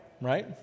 right